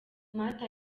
mata